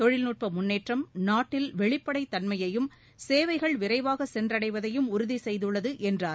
தொழில்நுட்ப முன்னேற்றம் நாட்டில் வெளிப்படை தன்மையையும் சேவைகள் விரைவாக சென்றடைவதையும் உறுதி செய்துள்ளது என்றார்